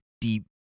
deep